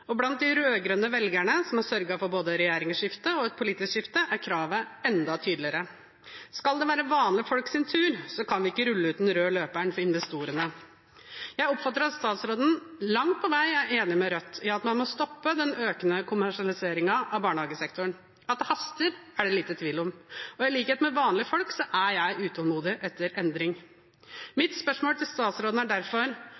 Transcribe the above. og blant de rød-grønne velgerne – som har sørget for både regjeringsskifte og et politisk skifte – er kravet enda tydeligere. Skal det være vanlige folks tur, kan vi ikke rulle ut den røde løperen for investorene. Jeg oppfatter at statsråden langt på vei er enig med Rødt i at man må stoppe den økende kommersialiseringen av barnehagesektoren. At det haster, er det liten tvil om, og i likhet med vanlige folk er jeg utålmodig etter endring.